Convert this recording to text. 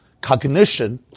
Cognition